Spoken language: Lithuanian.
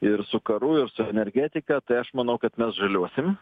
ir su karu ir su energetika tai aš manau kad mes žaliuosim